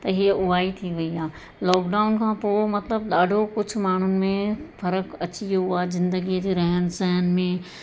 त इहे उहा ई थी वई आहे लॉकडाउन खां पोइ मतिलबु ॾाढो कुझु माण्हुनि में फ़र्क़ु अची वियो आहे ज़िंदगीअ जे रहणु सहण में